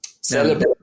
celebrate